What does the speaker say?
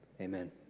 Amen